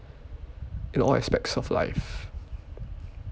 in all aspects of life